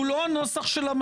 הוא סרב לקבל.